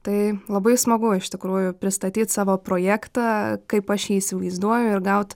tai labai smagu iš tikrųjų pristatyt savo projektą kaip aš jį įsivaizduoju ir gaut